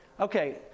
Okay